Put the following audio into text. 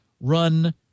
run